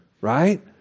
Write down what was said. Right